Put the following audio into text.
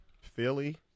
Philly